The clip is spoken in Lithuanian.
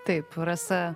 taip rasa